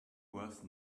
worth